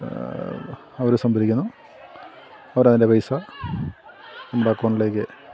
അവർ സംഭരിക്കുന്നു അവർ അതിൻ്റെ പൈസ നമ്മുടെ അക്കൗണ്ടിലേക്ക്